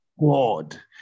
God